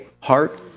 heart